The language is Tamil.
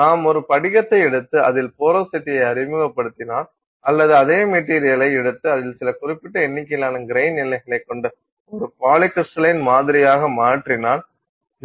நாம் ஒரு படிகத்தை எடுத்து அதில் போரோசிட்டியை அறிமுகப்படுத்தினால் அல்லது அதே மெட்டீரியலை எடுத்து அதில் சில குறிப்பிட்ட எண்ணிக்கையிலான கிரைன் எல்லைகளைக் கொண்ட ஒரு பாலிகிரிஸ்டலின் மாதிரியாக மாற்றினால்